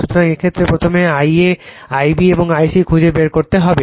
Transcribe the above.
সুতরাং এই ক্ষেত্রে প্রথমে I a I b এবং I c খুঁজে বের করতে হবে